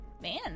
Man